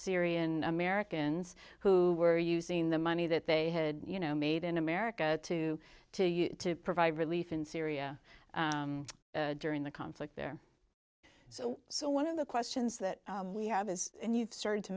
syrian americans who were using the money that they had you know made in america to to provide relief in syria during the conflict there so so one of the questions that we have is and you've started to